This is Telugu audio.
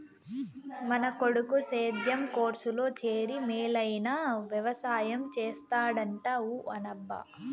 మన కొడుకు సేద్యం కోర్సులో చేరి మేలైన వెవసాయం చేస్తాడంట ఊ అనబ్బా